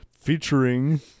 featuring